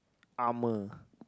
armor